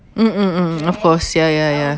mm mm mm of course ya ya ya